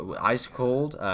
Ice-cold